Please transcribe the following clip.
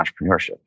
entrepreneurship